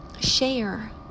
share